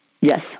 yes